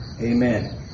Amen